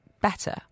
better